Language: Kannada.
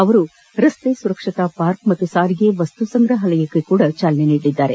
ಅವರು ರಸ್ತೆ ಸುರಕ್ಷತಾ ಪಾರ್ಕ್ ಮತ್ತು ಸಾರಿಗೆ ವಸ್ತುಸಂಗ್ರಹಾಲಯಕ್ಕೂ ಚಾಲನೆ ನೀಡಲಿದ್ದಾರೆ